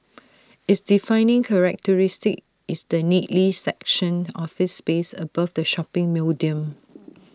its defining characteristic is the neatly sectioned office space above the shopping podium